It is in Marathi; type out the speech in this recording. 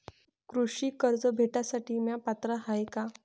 कृषी कर्ज भेटासाठी म्या पात्र हाय का?